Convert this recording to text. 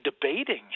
debating